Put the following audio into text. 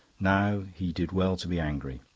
now, he did well to be angry.